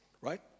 right